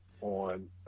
on